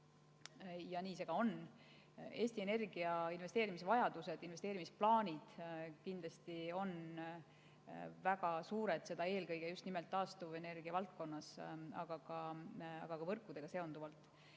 Ja nii see ka on. Eesti Energia investeerimisvajadused, investeerimisplaanid on kindlasti väga suured, seda eelkõige just nimelt taastuvenergia valdkonnas, aga ka võrkudega seonduvalt.